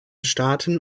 staaten